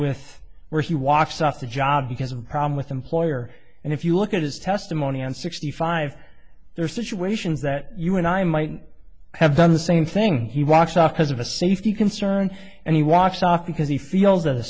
with where he walks off the job because of a problem with employer and if you look at his testimony on sixty five there are situations that you and i might have done the same thing he walks off because of a safety concern and he walks off because he feels that